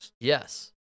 Yes